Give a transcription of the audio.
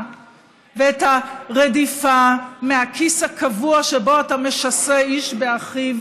ואת הרדיפה מהכיס הקבוע שבו אתה משסה איש באחיו,